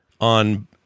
on